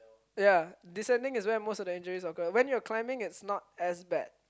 ya descending is where most of the injuries occur when you're climbing its not as bad